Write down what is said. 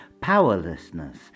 powerlessness